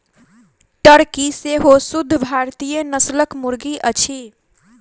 Turkey सेहो शुद्ध भारतीय नस्लक मुर्गी अछि